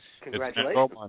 Congratulations